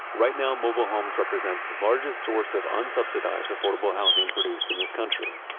right now, mobile homes represent the largest source of unsubsidized affordable housing produced in this country.